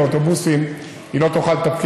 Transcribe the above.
והפעם התרבות על הכוונת, מי לנו, מי לצרינו.